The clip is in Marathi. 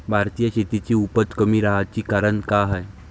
भारतीय शेतीची उपज कमी राहाची कारन का हाय?